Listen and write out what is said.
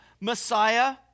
Messiah